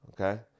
okay